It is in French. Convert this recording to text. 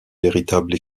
véritable